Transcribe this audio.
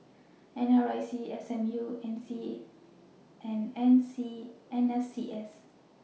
N R I C S M U and N C N S C S